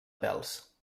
pèls